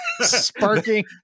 sparking